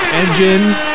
engines